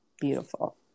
beautiful